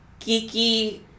geeky